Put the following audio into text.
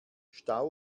stau